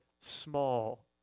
small